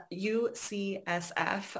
UCSF